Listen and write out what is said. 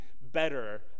better